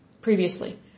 previously